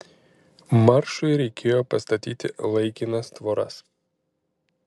maršui reikėjo pastatyti laikinas tvoras